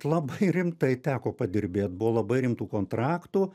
labai rimtai teko padirbėt buvo labai rimtų kontraktų